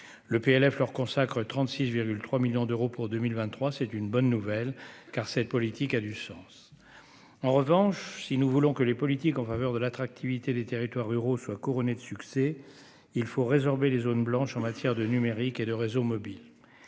le PLF leur consacrent 36,3 millions d'euros pour 2023, c'est une bonne nouvelle car cette politique a du sens, en revanche, si nous voulons que les politiques en faveur de l'attractivité des territoires ruraux soit couronnée de succès, il faut résorber les zones blanches en matière de numérique et de réseaux mobiles